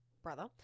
brother